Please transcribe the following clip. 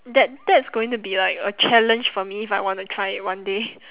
that that's going to be like a challenge for me if I want to try it one day